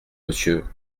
monsieur